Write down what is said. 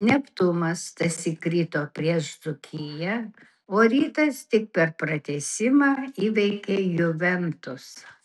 neptūnas tąsyk krito prieš dzūkiją o rytas tik per pratęsimą įveikė juventus